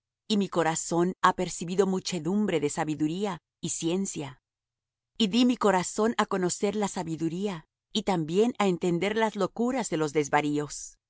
y mi corazón ha percibido muchedumbre de sabiduría y ciencia y dí mi corazón á conocer la sabiduría y también á entender las locuras y los desvaríos